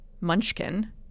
Munchkin